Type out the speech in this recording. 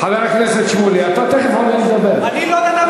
אני לא יודע?